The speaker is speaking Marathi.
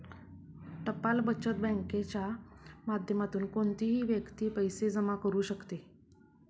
टपाल बचत बँकेच्या माध्यमातून कोणतीही व्यक्ती पैसे जमा करू शकते